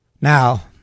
Now